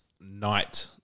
night